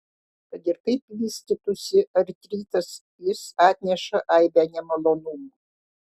kad ir kaip vystytųsi artritas jis atneša aibę nemalonumų